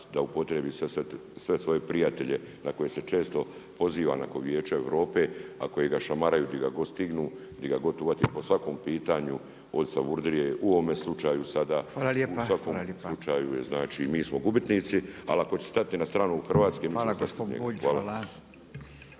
da upotrijebi sve svoje prijatelje na koje se često poziva nakon Vijeća Europe, a koji ga šamaraju gdje ga god stignu, di ga god uhvati po svakom pitanju, od Savudrije u ovome slučaju sada, u svakom slučaju je mi smo gubitnici, ali ako će stati na stranu Hrvatske…/Govornik se ne